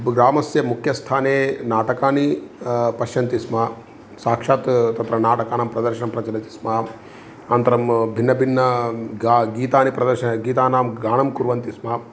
ग्रामस्य मुक्यस्थाने नाटकानि पश्यन्ति स्म साक्षात् तत्र नाटकानां प्रदर्शनं प्रचलति स्म अनन्तरं भिन्नभिन्न गा गीतानि प्रदर्शनं गीतानां गानं कुर्वन्ति स्म